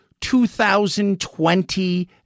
2020